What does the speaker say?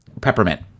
Peppermint